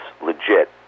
legit